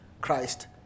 Christ